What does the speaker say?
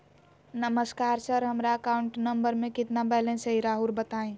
नमस्कार सर हमरा account number में कितना बैलेंस हेई राहुर बताई?